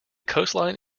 coastline